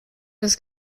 des